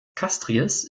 castries